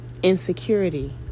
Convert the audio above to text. insecurity